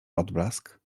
odblask